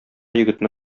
егетне